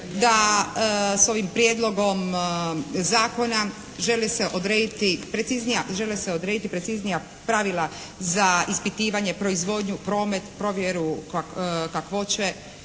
odrediti preciznije, žele se odrediti preciznija pravila za ispitivanje, proizvodnju, promet, provjeru kakvoće,